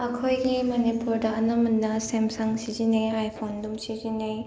ꯑꯈꯣꯏꯒꯤ ꯃꯅꯤꯄꯨꯔꯗ ꯑꯅꯝꯕꯅ ꯁꯦꯝꯁꯪ ꯁꯤꯖꯤꯟꯅꯩ ꯑꯥꯏꯐꯣꯟ ꯑꯗꯨꯝ ꯁꯤꯖꯤꯟꯅꯩ